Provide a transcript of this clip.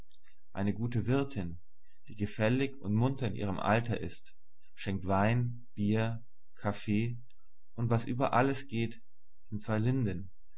eine gute wirtin die gefällig und munter in ihrem alter ist schenkt wein bier kaffee und was über alles geht sind